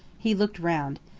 he looked round.